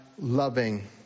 loving